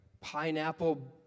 pineapple